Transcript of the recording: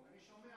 שלמה,